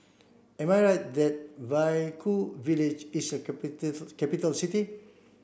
am I right that Vaiaku village is a capital city